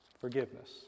forgiveness